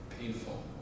painful